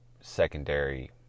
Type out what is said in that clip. secondary